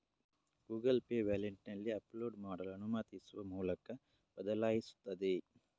Google Pay ವ್ಯಾಲೆಟಿನಲ್ಲಿ upload ಮಾಡಲು ಅನುಮತಿಸುವ ಮೂಲಕ ಬದಲಾಯಿಸುತ್ತದೆ